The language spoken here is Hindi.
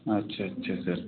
अच्छा अच्छा सर